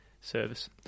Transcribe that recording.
service